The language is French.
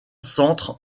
centres